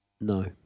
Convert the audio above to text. no